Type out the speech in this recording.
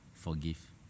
forgive